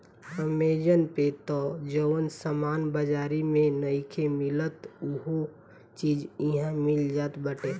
Amazon पे तअ जवन सामान बाजारी में नइखे मिलत उहो चीज इहा मिल जात बाटे